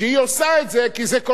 אני אציע לך הצעה אחרת,